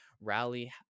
rally